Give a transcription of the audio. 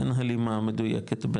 אין הלימה מדויקת,